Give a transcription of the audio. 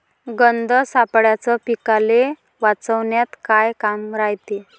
गंध सापळ्याचं पीकाले वाचवन्यात का काम रायते?